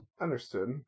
Understood